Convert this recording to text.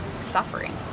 suffering